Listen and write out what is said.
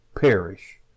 perish